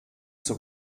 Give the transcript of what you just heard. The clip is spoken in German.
zur